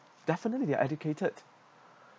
definitely they're educated